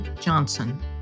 Johnson